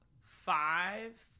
five